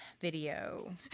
video